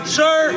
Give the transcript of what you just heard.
sir